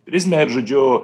prizmę ir žodžiu